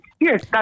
Yes